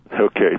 Okay